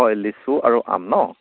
লিচু আৰু আম ন